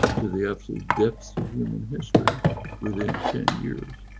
to the absolute depths of human history within ten years.